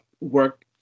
work